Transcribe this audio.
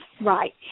Right